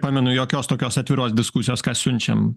pamenu jokios tokios atviros diskusijos ką siunčiam